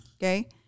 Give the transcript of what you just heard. okay